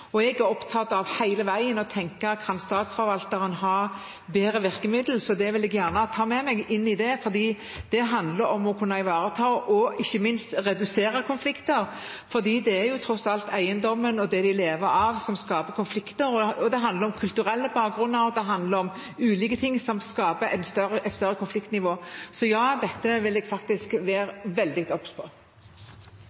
Jeg er hele tiden opptatt av å se om statsforvalteren kunne hatt bedre virkemidler, så det vil jeg gjerne ta med meg inn i det. Det handler om å kunne ivareta og ikke minst å redusere konflikter, for det er tross alt eiendommen og det de lever av, som skaper konflikter. Det handler om kulturell bakgrunn og ulike ting som skaper et større konfliktnivå. Så ja, dette vil jeg være